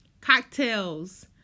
cocktails